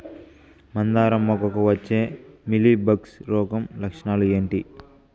మందారం మొగ్గకు వచ్చే మీలీ బగ్స్ రోగం లక్షణాలు ఏంటి?